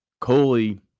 Coley